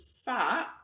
fat